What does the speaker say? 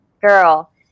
Girl